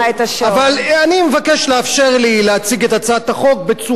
אבל אני מבקש לאפשר לי להציג את הצעת החוק בצורה הולמת.